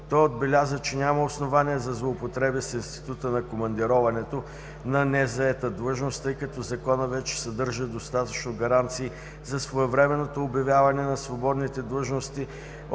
Той отбеляза, че няма основания за злоупотреби с института на командироването на незаета длъжност, тъй като Законът вече съдържа достатъчно гаранции за своевременното обявяване на свободните длъжности